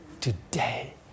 today